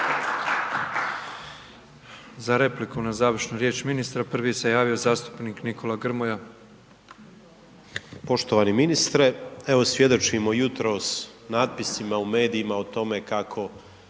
Za repliku na završnu riječ ministra, prvi se javio zastupnik Nikola Grmoja. **Grmoja, Nikola (MOST)** Poštovani ministre, evo svjedočimo jutros natpisima u medijima o tome kako